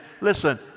Listen